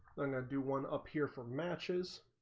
do one up here for matches